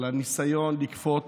על הניסיון לכפות